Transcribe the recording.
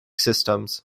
systems